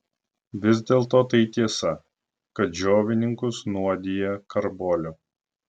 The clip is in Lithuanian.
vis dėlto tai tiesa kad džiovininkus nuodija karboliu